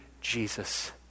Jesus